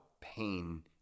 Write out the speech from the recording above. pain